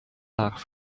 nach